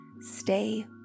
stay